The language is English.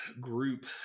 group